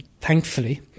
thankfully